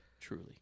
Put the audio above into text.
truly